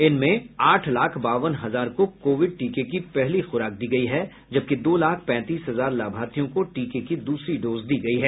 इनमें आठ लाख बावन हजार को कोविड टीके की पहली खुराक दी गयी है जबकि दो लाख पैंतीस हजार लाभार्थियों को टीके की दूसरी डोज दी गयी है